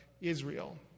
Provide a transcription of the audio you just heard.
Israel